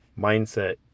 mindset